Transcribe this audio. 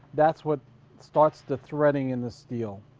that's what starts the threading in the steel.